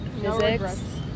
physics